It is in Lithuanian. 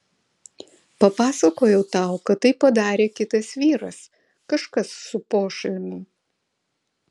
papasakojau tau kad tai padarė kitas vyras kažkas su pošalmiu